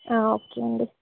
okay అండి